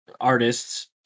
artists